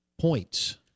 points